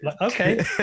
okay